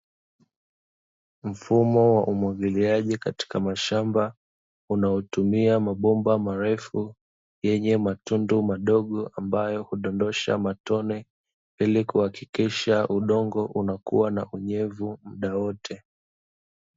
Mfumo wa umwagiliaji katika mashamba, unaotumia mabomba marefu yenye matundu madogo ambayo hudondosha matone, ili kuhakikisha udongo unakuwa na unyevu muda wote.